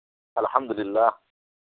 الحمد اللہ